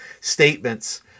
statements